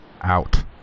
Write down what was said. out